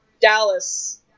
dallas